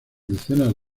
decenas